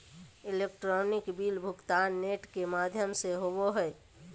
electronic bill भुगतान net के माघ्यम से होवो हइ